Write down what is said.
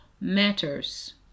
matters